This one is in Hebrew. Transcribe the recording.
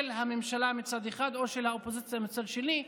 הממשלה מצד אחד או של האופוזיציה מצד שני,